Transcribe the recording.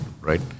right